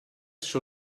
show